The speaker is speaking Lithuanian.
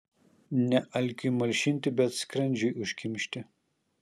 ne alkiui malšinti bet skrandžiui užkimšti